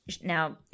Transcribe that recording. Now